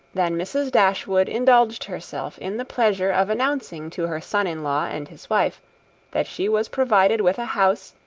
than mrs. dashwood indulged herself in the pleasure of announcing to her son-in-law and his wife that she was provided with a house,